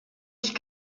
ich